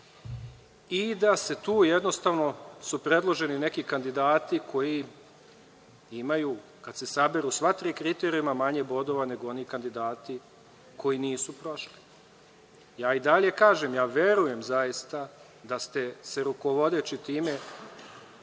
Tu su jednostavno predloženi neki kandidati koji imaju, kada se saberu sva tri kriterijuma, manje bodova nego oni kandidati koji nisu prošli. Kažem da zaista verujem da ste se rukovodeći time